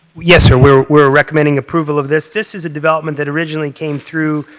yes, sir. we're we're recommending approval of this. this is a development that originally came through